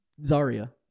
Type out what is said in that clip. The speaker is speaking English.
Zarya